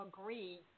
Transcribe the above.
agree